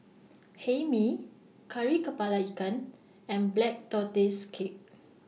Hae Mee Kari Kepala Ikan and Black Tortoise Cake